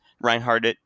Reinhardt